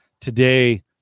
Today